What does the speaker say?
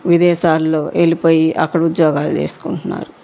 విదేశాలలో వెళ్ళి పోయి అక్కడ ఉద్యోగాలు చేసుకుంటున్నారు